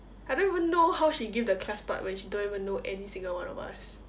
I don't even know how she gives the class part when she don't even know any single one of us